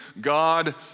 God